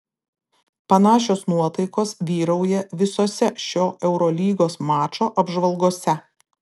panašios nuotaikos vyrauja visose šio eurolygos mačo apžvalgose